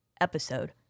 episode